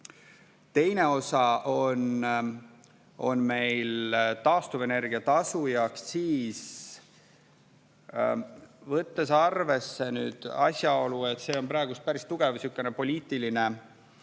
Teine osa on meil taastuvenergia tasu ja aktsiis. Võttes arvesse asjaolu, et see on praegu päris tugev selline poliitiline